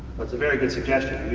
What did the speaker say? that's a very good suggestion.